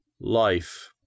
Life